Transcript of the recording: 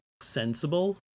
sensible